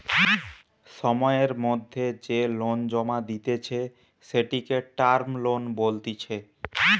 সময়ের মধ্যে যে লোন জমা দিতেছে, সেটিকে টার্ম লোন বলতিছে